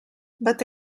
but